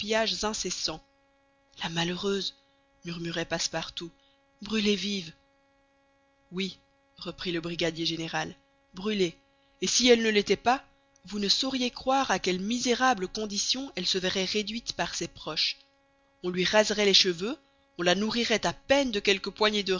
incessants la malheureuse murmurait passepartout brûlée vive oui reprit le brigadier général brûlée et si elle ne l'était pas vous ne sauriez croire à quelle misérable condition elle se verrait réduite par ses proches on lui raserait les cheveux on la nourrirait à peine de quelques poignées de